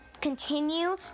continue